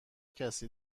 کسی